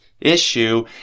issue